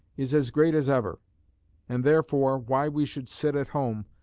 is as great as ever and therefore why we should sit at home,